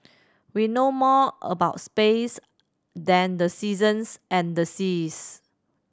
we know more about space than the seasons and the seas